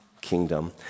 kingdom